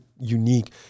unique